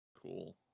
Cool